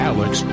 Alex